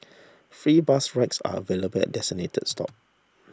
free bus rides are available at designated stop